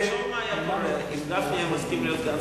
תחשוב מה היה קורה אם גפני היה מסכים להיות סגן